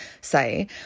say